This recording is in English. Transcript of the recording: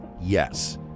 Yes